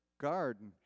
garden